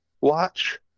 watch